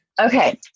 Okay